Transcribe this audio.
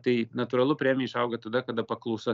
tai natūralu premija išauga tada kada paklausa